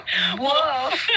Whoa